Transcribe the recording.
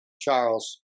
Charles